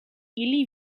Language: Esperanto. ili